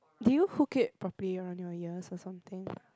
do you hook it properly on your ears or something